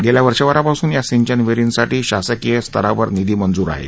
गेल्या वर्षभरापासून या सिंचन विहीरींसाठी शासकीय स्तरावर निधीही मंजूर आहे